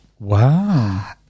wow